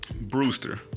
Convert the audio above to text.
Brewster